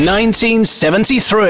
1973